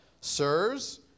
Sirs